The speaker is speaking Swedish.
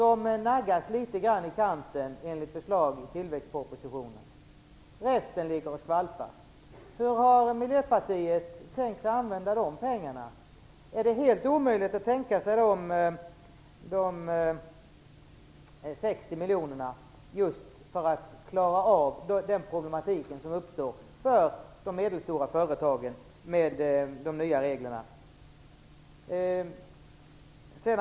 Det naggas litet i kanten enligt förslaget i tillväxtpropositionen. Resten ligger och skvalpar. Hur har Miljöpartiet tänkt sig att använda de pengarna? Är det helt omöjligt att tänka sig att använda 60 miljoner just för att klara av den problematik som uppstår för de medelstora företagen med de nya reglerna?